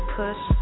push